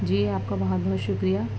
جی آپ کا بہت بہت شکریہ